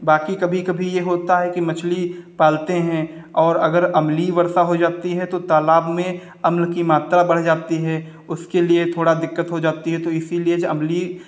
बाकी कभी कभी ये होता है कि मछली पालते हैं और अगर अम्लीय वर्षा हो जाती है तो तालाब में अम्ल की मात्रा बढ़ जाती है उसके लिए थोड़ा दिक्कत हो जाती है तो इसीलिए ज अम्लीय